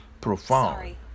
profound